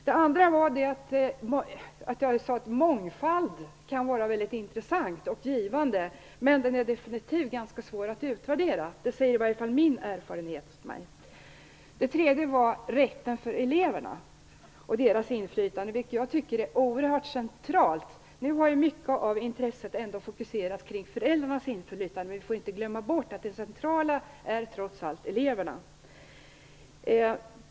Det andra var att mångfald kan vara väldigt intressant och givande, men att det är definitivt ganska svårt att utvärdera. Det säger i alla fall min erfarenhet. Det tredje var elevernas rätt och deras inflytande, vilket jag tycker är oerhört centralt. Nu har mycket av intresset fokuserats på föräldrarnas inflytande, men vi får inte glömma bort att det centrala trots allt är eleverna.